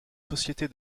société